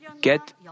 get